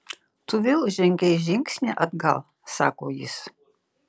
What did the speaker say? tu vėl žengei žingsnį atgal sako jis